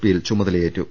P യിൽ ചുമതലയേറ്റു